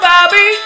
Bobby